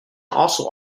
also